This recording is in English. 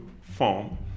form